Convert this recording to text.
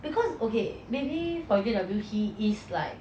because okay maybe again until he is like